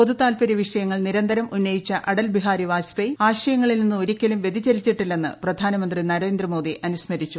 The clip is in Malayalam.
പൊതുതാൽപര്യ വിഷയങ്ങൾ നിരന്തരം ഉന്നയിച്ച അടൽ ബിഹാരി വാജ്പെയ് ആശയങ്ങളിൽ നിന്ന് ഒരിക്കലും വ്യതിചലിച്ചിട്ടില്ലെന്ന് പ്രധാനമന്ത്രി നരേന്ദ്രമോദി അനുസ്മരിച്ചു